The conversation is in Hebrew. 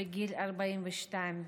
בגיל 42,